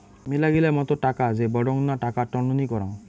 মেলাগিলা মত টাকা যে বডঙ্না টাকা টননি করাং